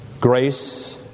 Grace